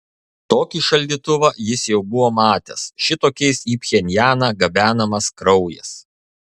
tokį šaldytuvą jis jau buvo matęs šitokiais į pchenjaną gabenamas kraujas